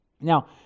Now